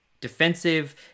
defensive